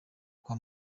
kwa